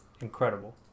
incredible